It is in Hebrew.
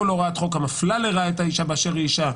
כל הוראת חוק המפלה לרעה את האישה באשר היא אישה,